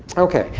ok,